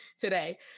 today